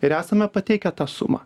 ir esame pateikę tą sumą